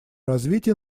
развития